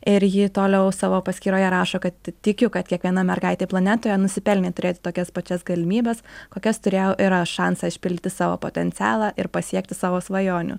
ir ji toliau savo paskyroje rašo kad tikiu kad kiekviena mergaitė planetoje nusipelnė turėti tokias pačias galimybes kokias turėjau ir aš šansą išpildyti savo potencialą ir pasiekti savo svajonių